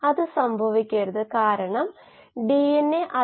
അതിനാൽ ഇത് plus r g സമം d C d t ആണ്